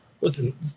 listen